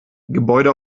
gebäude